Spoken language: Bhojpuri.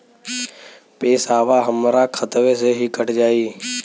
पेसावा हमरा खतवे से ही कट जाई?